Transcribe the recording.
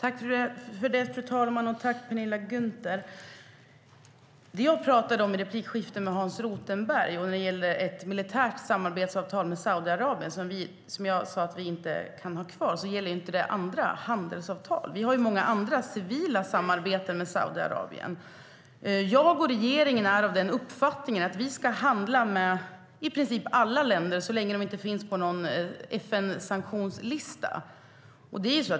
Fru talman! Tack, Penilla Gunther! Det jag pratade om i replikskiftet med Hans Rothenberg, när det gällde det militära samarbetsavtal med Saudiarabien som jag sa att vi inte kan ha kvar, gäller inte andra handelsavtal. Vi har många andra civila samarbeten med Saudiarabien.Jag och regeringen är av den uppfattningen att vi ska handla med i princip alla länder så länge de inte finns på någon FN-sanktionslista.